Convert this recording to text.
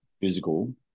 physical